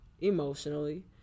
emotionally